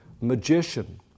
magician